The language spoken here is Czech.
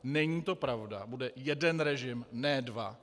Není to pravda, bude jeden režim, ne dva.